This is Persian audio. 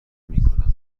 میکنم